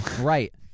right